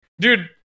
Dude